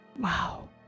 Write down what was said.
Wow